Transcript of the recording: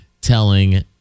telling